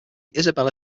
isabella